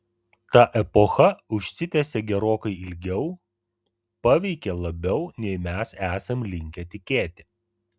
ta epocha užsitęsė gerokai ilgiau paveikė labiau nei mes esam linkę tikėti